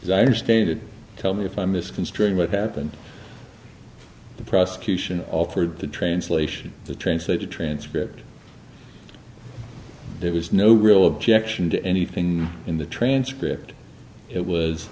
what i understand it tell me if i misconstruing what happened the prosecution altered the translation of the translated transcript there was no real objection to anything in the transcript it was